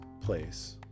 place